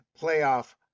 playoff